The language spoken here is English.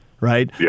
right